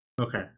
Okay